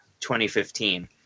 2015